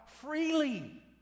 Freely